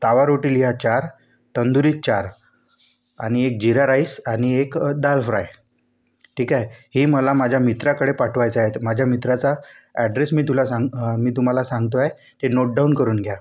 तवा रोटी लिहा चार तंदुरी चार आणि एक जिरा राईस आणि एक दाल फ्राय ठीक आहे हे मला माझ्या मित्राकडे पाठवायचं आहे माझ्या मित्राचा ॲड्रेस मी तुला मी तुम्हाला सांगतो आहे ते नोटडाऊन करून घ्या